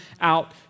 out